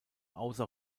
außer